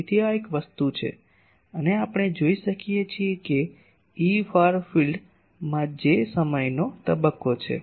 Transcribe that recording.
તેથી આ એક વસ્તુ છે અને આપણે જોઈ શકીએ છીએ કે Efar field માં j સમયનો તબક્કો છે